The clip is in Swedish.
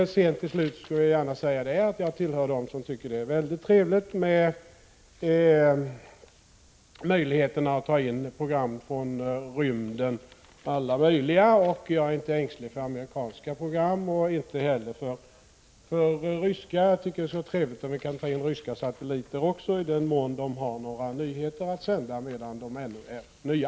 Till slut vill jag gärna säga att jag tillhör dem som tycker att det är mycket trevligt med möjligheterna att ta in program från rymden — alla möjliga program. Jag är inte ängslig för amerikanska program och inte heller för ryska. Jag tycker att det skulle vara trevligt om vi kunde ta in ryska satelliter också, i den mån de har några nyheter att sända som ännu är nya.